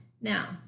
Now